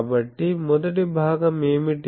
కాబట్టి మొదటి భాగం ఏమిటి